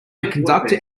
conductor